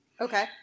Okay